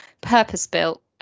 purpose-built